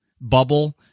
bubble